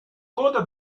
coda